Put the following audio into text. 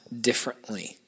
differently